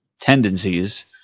tendencies